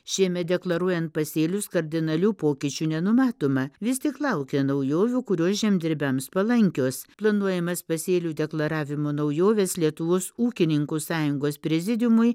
šiemet deklaruojant pasėlius kardinalių pokyčių nenumatoma vis tik laukia naujovių kurios žemdirbiams palankios planuojamas pasėlių deklaravimo naujoves lietuvos ūkininkų sąjungos prezidiumui